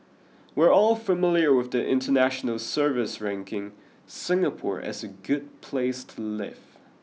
we're all familiar with the international surveys ranking Singapore as a good place to live